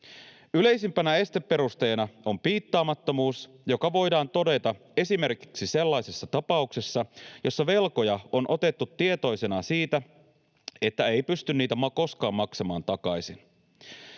Yleisimpänä esteperusteena on piittaamattomuus, joka voidaan todeta esimerkiksi sellaisessa tapauksessa, jossa velkoja on otettu tietoisena siitä, että ei pysty niitä koskaan maksamaan takaisin.